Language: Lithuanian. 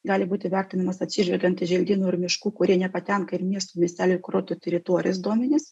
gali būti vertinamas atsižvelgiant į želdynų ir miškų kurie nepatenka ir į miestų miestelių kurortų teritorijos duomenis